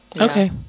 okay